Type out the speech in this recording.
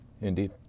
Indeed